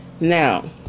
Now